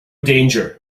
danger